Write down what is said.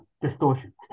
distortion